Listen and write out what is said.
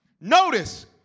notice